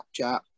Snapchat